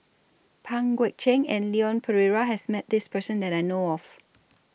Pang Guek Cheng and Leon Perera has Met This Person that I know of